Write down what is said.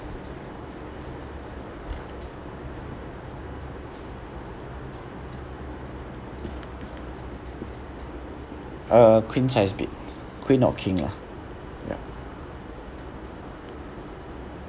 uh queen size bed queen or king lah yup